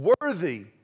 worthy